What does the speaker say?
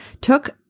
took